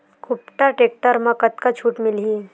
कुबटा टेक्टर म कतका छूट मिलही?